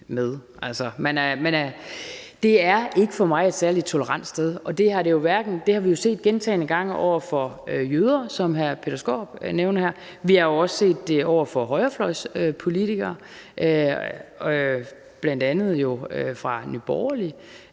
Det er ikke for mig et særlig tolerant sted. Det har vi jo set gentagne gange over for jøder, som hr. Peter Skaarup nævnte her; vi har også set det over for højrefløjspolitikere, bl.a. jo fra Nye Borgerlige,